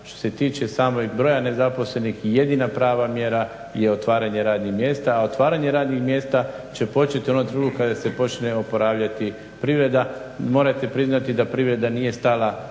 što se tiče samog broja nezaposlenih jedina prava mjera je otvaranje radnih mjesta, a otvaranje radnih mjesta će početi u onom trenutku kada se počne oporavljati privreda. Morate priznati da privreda nije stala